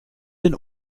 den